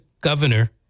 governor